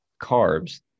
carbs